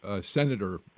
Senator